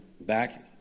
back